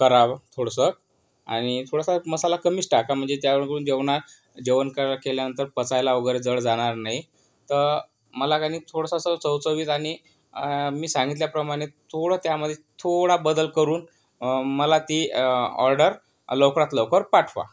करा थोडंसं आणि थोडासा मसाला कमीच टाका म्हणजे त्यावर जेवणा जेवण केल्यानंतर पचायला वगैरे जड जाणार नाही तर मला काय नाही थोडंसं असं चवचवीत आणि मी सांगितल्याप्रमाणे थोडं त्यामध्ये थोडा बदल करून मला ती ऑर्डर लवकरात लवकर पाठवा